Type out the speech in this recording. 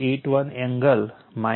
81 angle 21